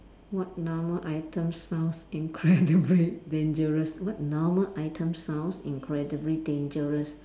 what normal item sounds incredibly dangerous what normal item sounds incredibly dangerous